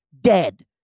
dead